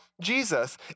Jesus